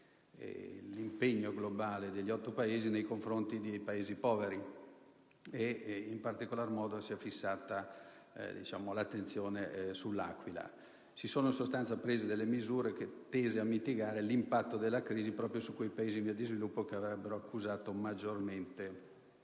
l'impegno globale degli 8 Paesi nei confronti dei Paesi poveri ed in particolar modo si è fissata l'attenzione sull'Africa. Si sono in sostanza prese delle misure tese a mitigare l'impatto della crisi proprio su quei Paesi in via di sviluppo che avrebbero accusato maggiormente anche